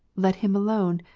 let him alone,